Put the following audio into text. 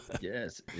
Yes